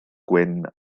gwyn